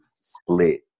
split